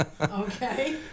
Okay